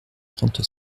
trente